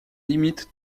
limite